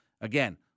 again